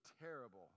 terrible